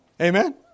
Amen